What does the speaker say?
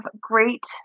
great